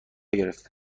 گرفته